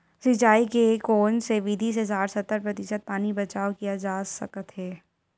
सिंचाई के कोन से विधि से साठ सत्तर प्रतिशत पानी बचाव किया जा सकत हे?